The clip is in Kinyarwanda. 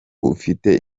ufite